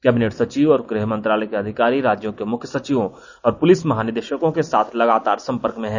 cabinet सचिव और गृहमंत्रालय के अधिकारी राज्यों के मुख्य सचिवों और पुलिस महानिदेशकों के साथ लगातार संपर्क में है